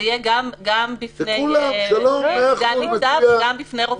זה יהיה גם בפני סגן-ניצב וגם בפני רופא.